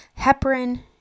heparin